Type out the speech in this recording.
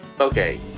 Okay